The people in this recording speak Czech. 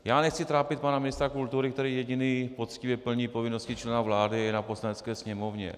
Já nechci trápit pana ministra kultury, který jediný poctivě plní povinnosti člena vlády v Poslanecké sněmovně.